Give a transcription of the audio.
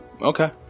Okay